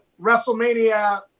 WrestleMania